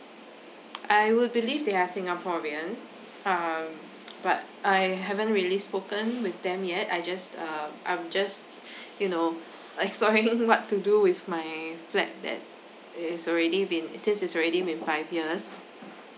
I would believe they are singaporean uh but I haven't really spoken with them yet I just uh I'm just you know exploring what to do with my flat that is already been it seems it's already been five years